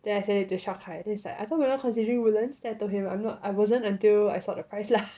then I sent it to shao hai then he's like I thought we not considering woodlands then I told him I'm not I wasn't until I saw the price lah